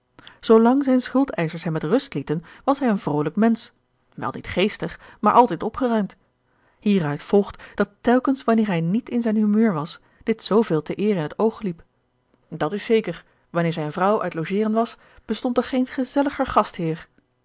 zoolang zijne schuldeischers hem met rust lieten was hij een vrolijk mensch wel niet geestig maar altijd opgeruimd hieruit volgt dat telkens wanneer hij niet in zijn humeur was dit zooveel te eer in het oog liep dat is zeker wanneer zijne vrouw uit logeren was bestond er geen gezelliger gastheer